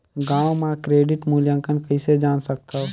गांव म क्रेडिट मूल्यांकन कइसे जान सकथव?